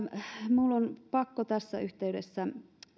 minun on pakko tässä yhteydessä